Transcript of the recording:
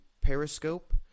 Periscope